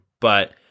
But-